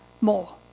more